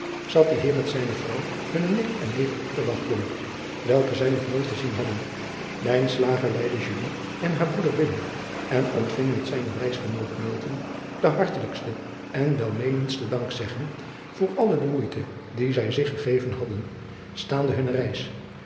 zat die eer met zijne vrouw hunne nicht en neef op te wachten welke zij nog nooit gezien hadden leidde en haar broeder binnen en ontving met zijnen reisgenoot de hartelijkste en welmeenendste dankzegging voor alle de moeite die zij zich gegeven hadden staande hunne reis